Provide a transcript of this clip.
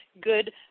good